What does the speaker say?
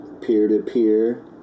peer-to-peer